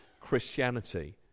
Christianity